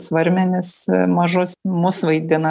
svarmenis mažus mus vaidina